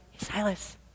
Silas